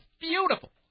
beautiful